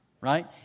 Right